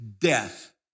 death